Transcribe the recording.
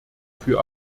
für